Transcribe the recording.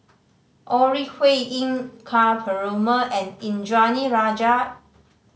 Ore Huiying Ka Perumal and Indranee Rajah